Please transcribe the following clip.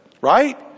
right